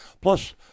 plus